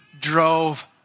drove